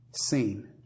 seen